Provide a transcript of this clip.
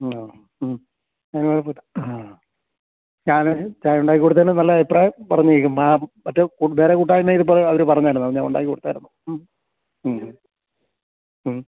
പിന്നെ ഉം അതിന് കുഴപ്പമില്ല ആ ഞാൻ ചായ ഉണ്ടാക്കി കൊടുത്തതിന് നല്ല അഭിപ്രായം പറഞ്ഞിരിക്കും മറ്റേ വേറെ കൂട്ടായ്മ ഇതുപ്പോലെ അവർ പറഞ്ഞായിരുന്നോ അന്ന് ഞാൻ ഉണ്ടാക്കി കൊടുത്തായിരുന്നു ഉം ഉം ഉം ഉം